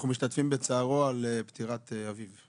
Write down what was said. אנחנו משתתפים בצערו על פטירת אביו.